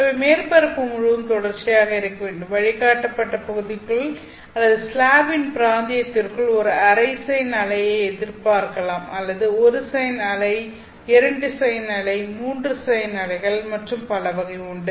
அவை மேற்பரப்பு முழுவதும் தொடர்ச்சியாக இருக்க வேண்டும் வழிகாட்டப்பட்ட பகுதிக்குள் அல்லது ஸ்லாபின் பிராந்தியத்திற்குள் ஒரு அரை சைன் அலையை எதிர்பார்க்கலாம் அல்லது 1 சைன் அலை 2 சைன் அலை 3 சைன் அலைகள் மற்றும் பலவகை உண்டு